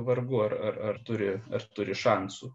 vargu ar ar ar turi ar turi šansų